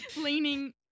leaning